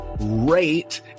rate